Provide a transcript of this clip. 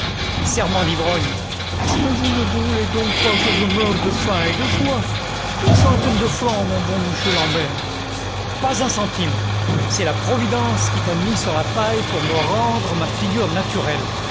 serment d'ivrogne mais vous voulez donc que je meure de faim et de choif une chentaine de francs mon bon mouchu l'ambert pas un centime c'est la providence qui t'a mis sur la paille pour me rendre ma figure naturelle